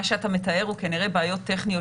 מה שאתה מתאר הוא כנראה בעיות טכניות